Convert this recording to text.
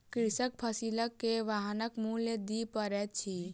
कृषकक फसिल के वाहनक मूल्य दिअ पड़ैत अछि